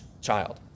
child